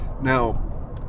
Now